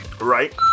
Right